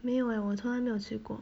没有 eh 我从来没有吃过